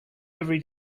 every